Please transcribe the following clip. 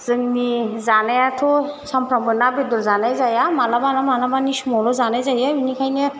जोंनि जानायाथ' सानफ्रोमबो ना बेदर जानाय जाया मालाबा मालाबानि समावल' जानाय जायो बिनिखायनो